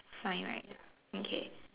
sign right okay